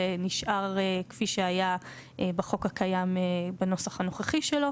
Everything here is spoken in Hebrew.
זה נשאר כפי שהיה בחוק הקיים בנוסח הנוכחי שלו.